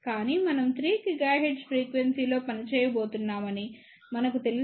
కానీ మనం 3 GHz frequency లో పనిచేయబోతున్నామని మనకు తెలిస్తే లేదా 2